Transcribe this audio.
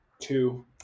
Two